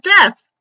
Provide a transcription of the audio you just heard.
death